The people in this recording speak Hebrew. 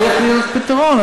אם יהיה פתרון,